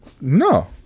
no